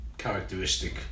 characteristic